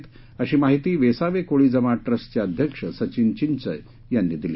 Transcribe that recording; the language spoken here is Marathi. अशी माहिती वेसावे कोळी जमात ट्रस्टचे अध्यक्ष सचिन घिंचय यांनी दिली